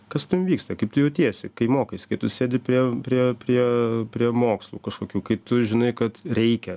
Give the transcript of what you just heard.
kas ten vyksta kaip tu jautiesi kai mokaisi kai tu sėdi prie prie prie prie mokslų kažkokių kai tu žinai kad reikia